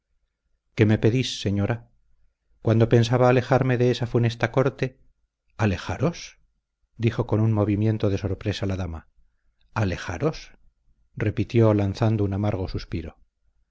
qué me pedís señora cuando pensaba alejarme de esa funesta corte alejaros dijo con un movimiento de sorpresa la dama alejaros repitió lanzando un amargo suspiro